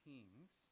Kings